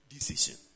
Decision